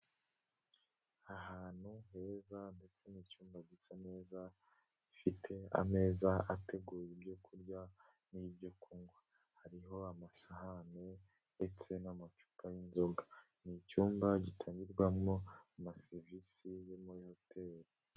Ahantu heza ndetse n'icyumba gisa neza gifite ameza ateguye ibyo urya n'ibyo kunywa, hariho amasahani ndetse n'amacupa y'inzoga, ni icyumba gitangirwamo amaserivisi yo muri hoteli.